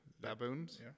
Baboons